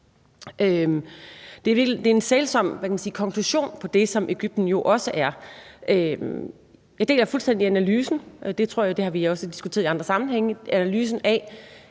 Det er en sælsom konklusion på det, som Egypten jo også er. Jeg deler fuldstændig analysen – det tror jeg også vi har diskuteret i andre sammenhænge – af,